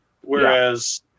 Whereas